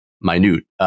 minute